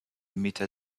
meter